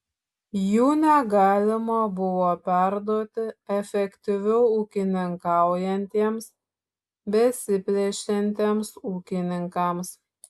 jų negalima buvo perduoti efektyviau ūkininkaujantiems besiplečiantiems ūkininkams